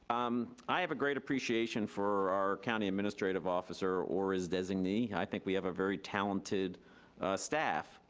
um i have a great appreciation for our county administrative officer or his designee. i think we have a very talented staff.